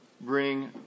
bring